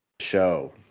show